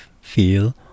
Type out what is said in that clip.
feel